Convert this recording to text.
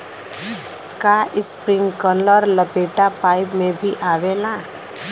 का इस्प्रिंकलर लपेटा पाइप में भी आवेला?